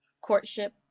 courtship